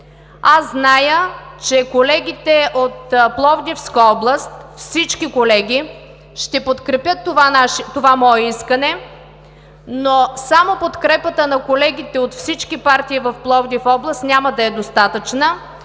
Зная, че колегите от Пловдивска област – всички колеги, ще подкрепят това мое искане, но само подкрепата на колегите от всички партии в Пловдив област няма да е достатъчна.